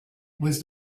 with